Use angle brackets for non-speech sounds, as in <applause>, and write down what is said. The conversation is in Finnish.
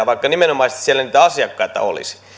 <unintelligible> vaikka nimenomaisesti siellä niitä asiakkaita olisi